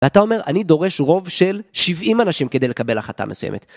ואתה אומר אני דורש רוב של 70 אנשים כדי לקבל החלטה מסוימת